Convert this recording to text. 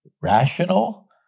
rational